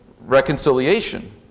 reconciliation